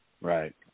Right